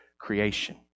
creation